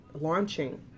launching